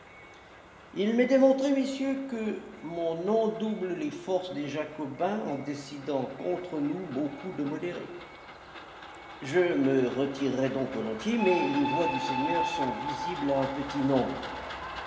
il m'est démontré messieurs que mon nom double les forces des jacobins en décidant contre nous beaucoup de modérés je me retirerais donc volontiers mais les voies du seigneur sont visibles à un petit nombre